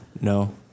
No